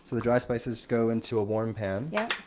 the dry spices go into a warm pam. yeah